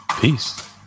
Peace